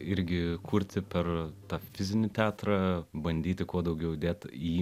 irgi kurti per tą fizinį teatrą bandyti kuo daugiau dėt į jį